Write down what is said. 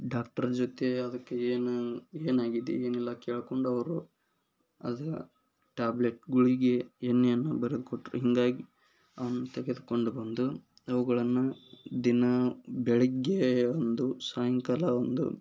ಡಾಕ್ಟ್ರ ಜೊತೆ ಅದಕ್ಕೆ ಏನು ಏನಾಗಿದೆ ಏನಿಲ್ಲ ಕೇಳಿಕೊಂಡು ಅವರು ಅದು ಟ್ಯಾಬ್ಲೆಟ್ ಗುಳಿಗೆ ಎಣ್ಣೆಯನ್ನು ಬರೆದುಕೊಟ್ರು ಹೀಗಾಗಿ ಅವ್ನ ತೆಗೆದುಕೊಂಡು ಬಂದು ಅವುಗಳನ್ನ ದಿನಾ ಬೆಳಗ್ಗೆ ಒಂದು ಸಾಯಂಕಾಲ ಒಂದು